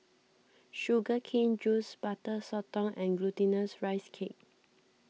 Sugar Cane Juice Butter Sotong and Glutinous Rice Cake